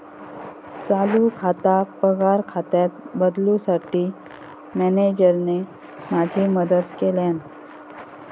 चालू खाता पगार खात्यात बदलूंसाठी मॅनेजरने माझी मदत केल्यानं